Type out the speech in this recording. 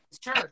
Sure